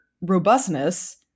robustness